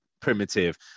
Primitive